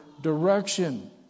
direction